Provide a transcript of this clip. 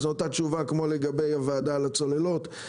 זו אותה תשובה כמו לגבי הוועדה על הצוללות.